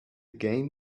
game